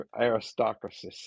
Aristocracy